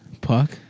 Puck